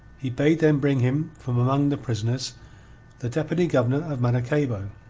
he bade them bring him from among the prisoners the deputy-governor of maracaybo,